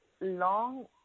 long